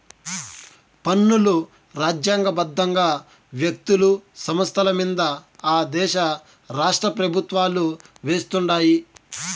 పన్నులు రాజ్యాంగ బద్దంగా వ్యక్తులు, సంస్థలమింద ఆ దేశ రాష్ట్రపెవుత్వాలు వేస్తుండాయి